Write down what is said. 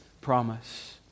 promise